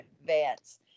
advance